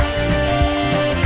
and